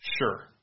sure